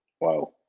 Wow